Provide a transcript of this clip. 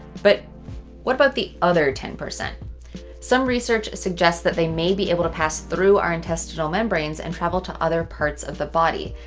but what about the other ten? some research suggests that they may be able to pass through our intestinal membranes and travel to other parts of the body.